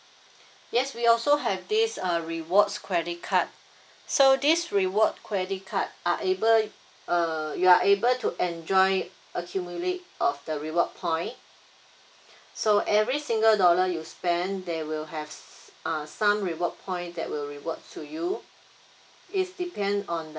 yes we also have this uh rewards credit card so this reward credit card are able err you are able to enjoy accumulate of the reward point so every single dollar you spend they will have err some reward point that will reward to you it's depends on the